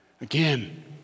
Again